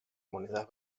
monedas